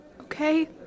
okay